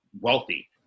wealthy